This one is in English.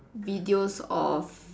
videos of